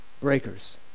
breakers